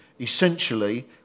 essentially